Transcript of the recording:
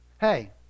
hey